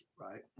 right